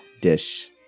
dish